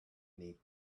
need